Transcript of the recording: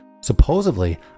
Supposedly